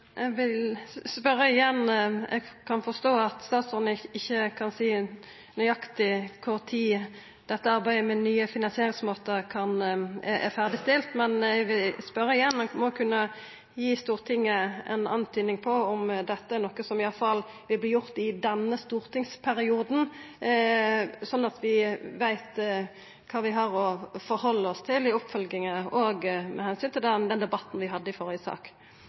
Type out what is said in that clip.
Eg kan forstå at statsråden ikkje kan seia nøyaktig kva tid dette arbeidet med nye finansieringsmåtar er ferdig. Men eg vil spørja igjen om han kan antyda overfor Stortinget om dette er noko som iallfall vil verta gjort i denne stortingsperioden, slik at vi veit kva vi har å halda oss til i oppfølginga, òg med omsyn til den debatten vi hadde i førre sak. Dette er et arbeid som starter nå, og jeg kan ikke i